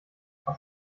aus